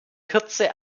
kürze